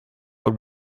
but